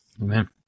Amen